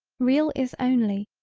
real is only,